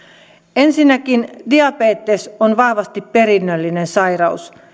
ensinnäkin diabetes on vahvasti perinnöllinen sairaus